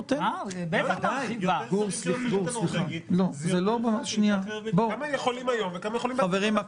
יותר שרים --- כמה יכולים היום וכמה יכולים --- חברים,